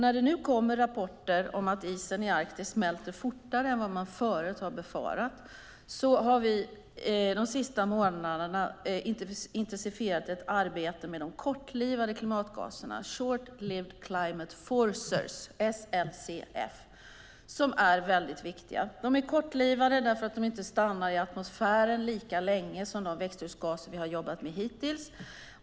När det nu kommer rapporter om att isen i Arktis smälter fortare än vi hade befarat har vi de senaste månaderna intensifierat arbetet med de kortlivade klimatgaserna, short-lived climate forcers, SLCF, som är väldigt viktiga. De är kortlivade därför att de inte stannar i atmosfären lika länge som de växthusgaser vi har jobbat med hittills.